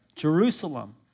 Jerusalem